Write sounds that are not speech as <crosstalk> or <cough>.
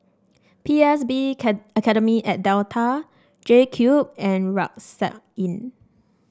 P S B <unintelligible> Academy at Delta JCube and Rucksack Inn